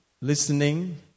listening